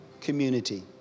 community